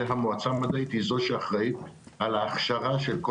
והמועצה המדעית היא זו שאחראית על ההכשרה של כל